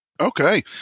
okay